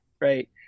right